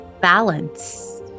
balance